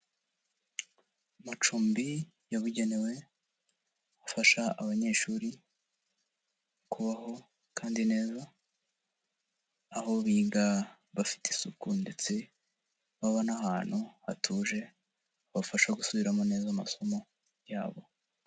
Amacumbi yabugenewe afasha abanyeshuri kubaho kandi neza aho biga bafite isuku ndetse baba n'ahantu hatuje habafasha gusubiramo neza amasomo yabo.